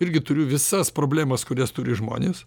irgi turiu visas problemas kurias turi žmonės